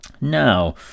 Now